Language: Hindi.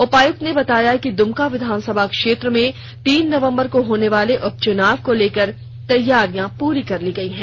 उपायक्त ने बताया कि दुमका विधानसभा क्षेत्र में तीन नवंबर को होनेवाले उपचुनाव को लेकर तैयारियां पूरी कर ली गयी है